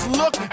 look